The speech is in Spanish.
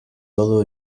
todo